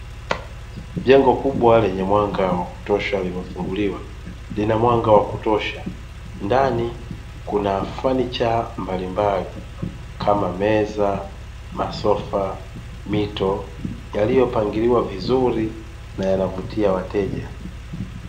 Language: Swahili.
Jengo kubwa lenye mwanga wa kutosha limefunguliwa, lina mwanga wa kutosha. Ndani kuna fanicha mbalimbali kama meza, masofa mito, yaliyo pangiliwa vizuri na yanawavutia wateja.